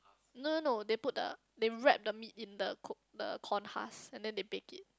no no no they put the they wrap the meat in the cook the corn husks and then they baked it